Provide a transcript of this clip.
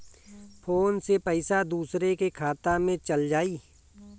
Phone से पईसा दूसरे के खाता में चल जाई?